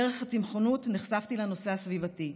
דרך הצמחונות נחשפתי לנושא הסביבתי,